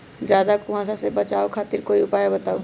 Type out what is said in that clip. ज्यादा कुहासा से बचाव खातिर कोई उपाय बताऊ?